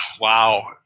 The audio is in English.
wow